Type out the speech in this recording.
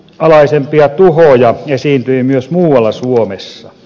pienialaisempia tuhoja esiintyi myös muualla suomessa